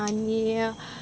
आनी